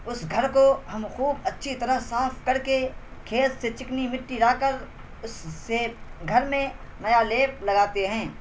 اس گھر کو ہم خوب اچھی طرح صاف کر کے کھیت سے چکنی مٹی لا کر اس سے گھر میں نیا لیپ لگاتے ہیں